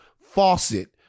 faucet